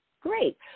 great